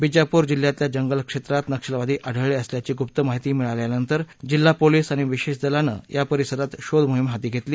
बिजापूर जिल्ह्यातल्या जंगल क्षेत्रात नक्षलवादी आढळले असल्याची गुप्त माहिती मिळाल्यानंतर जिल्हा पोलीस आणि विशेष दलानं या परिसरात शोधमोहिम हाती घेतली